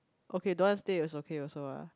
okay don't want stay is okay also ah